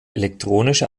elektronische